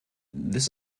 this